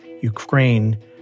ukraine